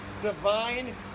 divine